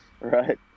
Right